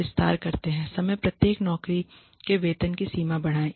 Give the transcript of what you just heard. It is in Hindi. विस्तार करते समय प्रत्येक नौकरी के वेतन की सीमा बढ़ाएँ